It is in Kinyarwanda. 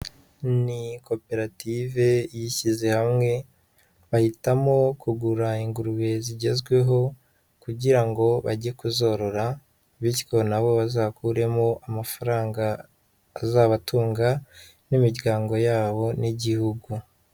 Ni koperative yishyize hamwe bahitamo kugura ingurube zigezweho kugirango bajye kuzorora bityo nabo bazakuremo amafaranga azabatunga n'imiryango yabo n'igihugu.